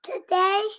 today